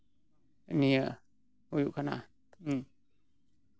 ᱱᱤᱭᱟᱹ ᱦᱩᱭᱩᱜ ᱠᱟᱱᱟ